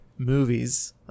Movies